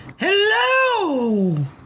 Hello